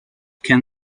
can